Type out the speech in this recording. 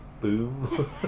boom